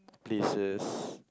places